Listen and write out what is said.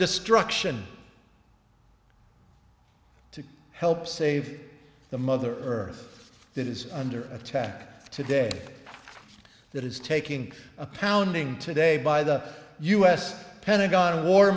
destruction to help save the mother earth that is under attack today that is taking a pounding today by the us pentagon war